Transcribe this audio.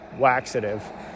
waxative